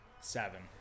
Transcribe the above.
Seven